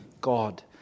God